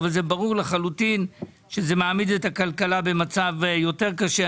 אבל ברור לחלוטין שזה מעמיד את הכלכלה במצב יותר קשה.